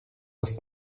ist